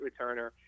returner